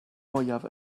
mwyaf